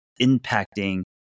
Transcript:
impacting